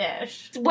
dish